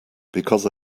because